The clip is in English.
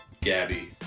Gabby